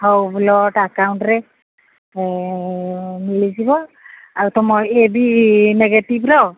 ହଉ ବ୍ଲଡ୍ ଆକାଉଣ୍ଟରେ ମିଳିଯିବ ଆଉ ତମ ଏ ବି ନେଗେଟିଭର